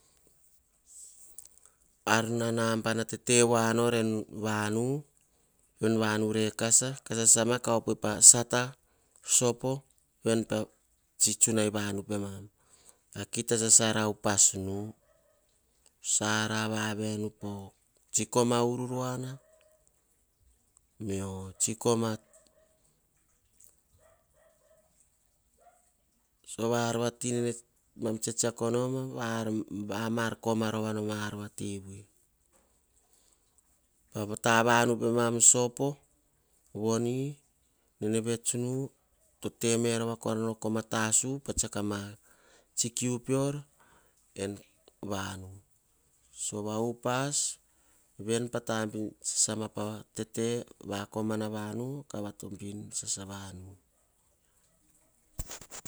Ar nan bana tete voa nor en vau. Ven vanu rekasa noma ka opoe pa sata en tsunai vanu pemam. Kita sasara upas nu. Sara vavia enu po koma ururuana, mio koma sova ar vati noma tsetsakonoma vamar koma rovanom ar vati vui. Patana vanu pemam sopo vone nene vets nu teverova nor o kama tasu pa tsiako sasama pa tete en komana vanu ka vovobin sasa avanu.